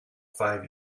five